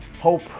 hope